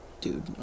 dude